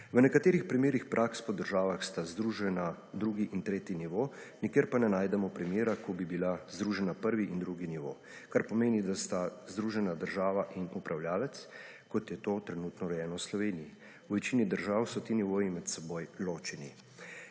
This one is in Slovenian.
V nekaterih primerih praks po državah sta združena drugi in tretji nivo, nikjer pa ne najdemo primera, ko bi bila združena prvi in drugi nivo, kar pomeni, da sta združena država in upravljavec, kot je to trenutno urejeno v Sloveniji. V večini držav so ti nivoju med seboj ločeni.